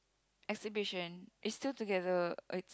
exhibition it's still together it's